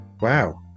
Wow